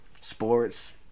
sports